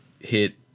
hit